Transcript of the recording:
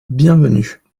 bienvenue